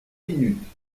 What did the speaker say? minutes